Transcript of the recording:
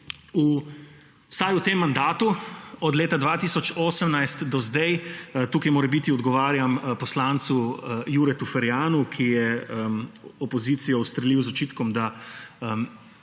Vsaj v tem mandatu, od leta 2018 do zdaj; tukaj morebiti odgovarjam poslancu Juretu Ferjanu, ki je opozicijo ustrelil z očitkom, da